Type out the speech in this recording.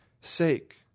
sake